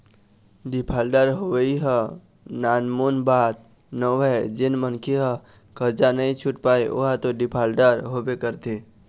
defaulter होवई ह नानमुन बात नोहय जेन मनखे ह करजा नइ छुट पाय ओहा तो डिफाल्टर होबे करथे